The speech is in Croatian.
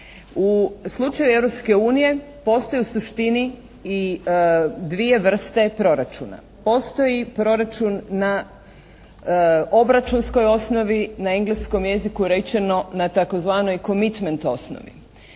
unije postoji u suštini i dvije vrste proračuna. Postoji proračun na obračunskoj osnovi. Na engleskom jeziku rečeno na tzv. «commitment» osnovi.